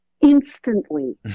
instantly